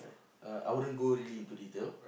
right uh I wouldn't go really into detail